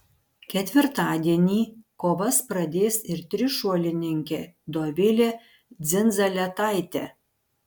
ketvirtadienį kovas pradės ir trišuolininkė dovilė dzindzaletaitė